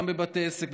גם בבתי עסק,